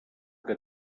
que